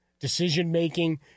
decision-making